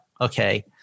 okay